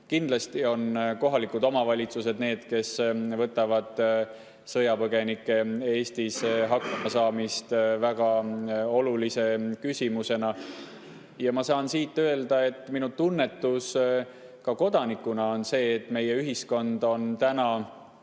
Kindlasti võtavad ka kohalikud omavalitsused sõjapõgenike Eestis hakkama saamist väga olulise küsimusena. Ma saan siit öelda, et minu tunnetus ka kodanikuna on see, et meie ühiskond on väga